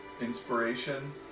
inspiration